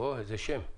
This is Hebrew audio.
או הו, איזה שם.